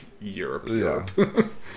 Europe